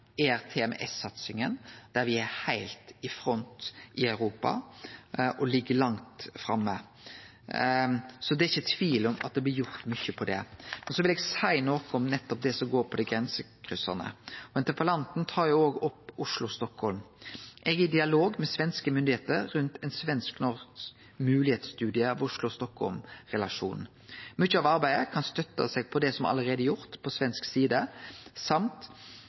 der me er heilt i front i Europa, me ligg langt framme. Det er ikkje tvil om at det blir gjort mykje på dette området. Eg vil seie noko om nettopp det som går på det grensekryssande. Interpellanten tar òg opp Oslo–Stockholm. Eg er i dialog med svenske myndigheiter rundt ein svensk-norsk moglegheitsstudie av Oslo–Stockholm-relasjonen. Mykje av arbeidet kan støtte seg på det som allereie er gjort på svensk side, samt